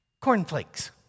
Cornflakes